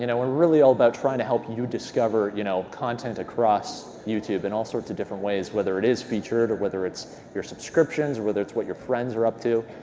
you know we're really all about trying to help you discover you know content across youtube in and all sorts of different ways, whether it is featured, or whether it's your subscriptions, or whether it's what your friends are up to.